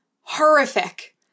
Horrific